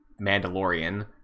mandalorian